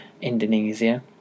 Indonesia